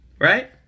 right